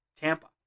Tampa